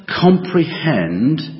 comprehend